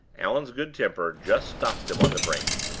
allan's good temper just stopped them on the brink.